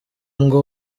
ngo